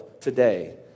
today